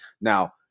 now